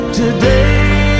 today